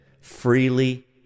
freely